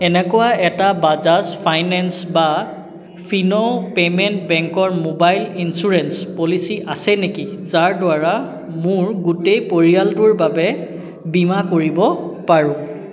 এনেকুৱা এটা বাজাজ ফাইনেন্স বা ফিনো পে'মেণ্ট বেংকৰ মোবাইল ইঞ্চুৰেঞ্চ পলিচি আছে নেকি যাৰ দ্বাৰা মোৰ গোটেই পৰিয়ালটোৰ বাবে বীমা কৰিব পাৰোঁ